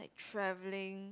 travelling